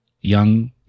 young